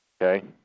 Okay